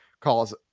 calls